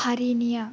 हारिनिया